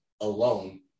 alone